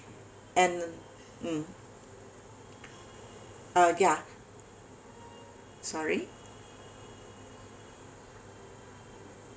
and mm uh ya sorry